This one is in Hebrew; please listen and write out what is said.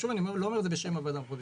אני לא אומר את זה בשם הוועדה המחוזית,